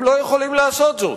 הם לא יכולים לעשות זאת.